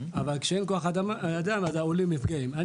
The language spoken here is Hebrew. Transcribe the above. אבל כשאין כוח אדם אז העולים נפגעים.